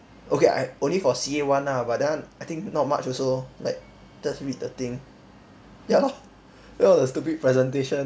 okay I only for C_A one ah but that one I think not much also like just read the thing ya lor that was a stupid presentation